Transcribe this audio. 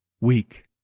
Weak